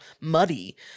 muddy